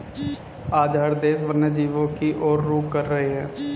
आज हर देश वन्य जीवों की और रुख कर रहे हैं